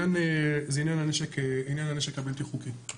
לגבי עניין הנשק הבלתי חוקי.